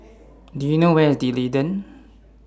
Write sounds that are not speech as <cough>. <noise> Do YOU know Where IS D'Leedon